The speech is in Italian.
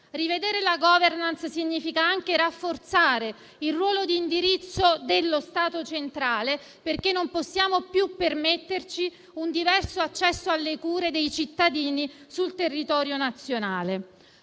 Rivedere la *governance* significa anche rafforzare il ruolo di indirizzo dello Stato centrale perché non possiamo più permetterci un diverso accesso alle cure dei cittadini sul territorio nazionale.